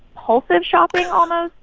compulsive shopping almost.